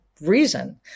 reason